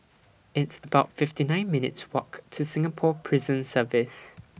It's about fifty nine minutes' Walk to Singapore Prison Service